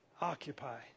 Occupy